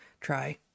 try